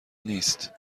نیست